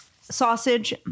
sausage